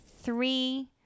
three